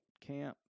Camp